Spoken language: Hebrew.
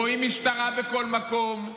רואים משטרה בכל מקום,